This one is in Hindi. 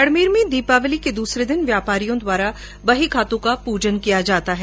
बाडमेर में दीपावली के दूसरे दिन व्यापारियों द्वारा बहीखातों का पूजन किया जाता है